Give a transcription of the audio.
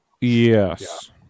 Yes